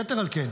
יתר על כן,